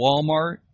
Walmart